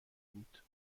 بود